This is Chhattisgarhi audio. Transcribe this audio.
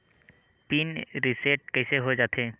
पिन रिसेट कइसे हो जाथे?